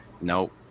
Nope